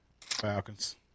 Falcons